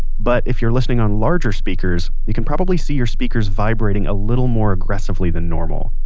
but if you're listening on larger speakers, you can probably see your speakers vibrating a little more aggressively than normal.